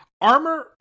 Armor